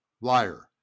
Liar